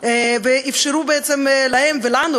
ואפשרו בעצם להם ולנו,